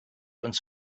uns